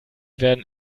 werden